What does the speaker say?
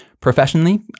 professionally